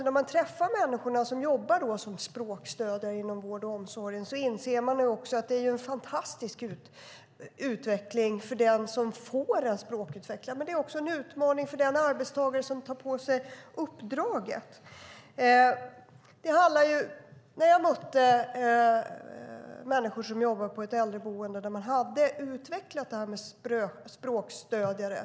När man träffar människor som jobbar som språkstödjare inom vården och omsorgen inser man också att det är en fantastisk utveckling för den som får del av språkstödet, men det är också en utmaning för den arbetstagare som tar på sig uppdraget. Jag har mött människor som jobbar på ett äldreboende där man har utvecklat det här med språkstödjare.